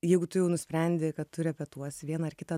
jeigu tu jau nusprendi kad tu repetuosi vieną ar kitą